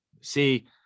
See